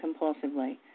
compulsively